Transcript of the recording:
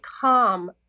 Calm